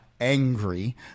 angry